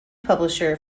publisher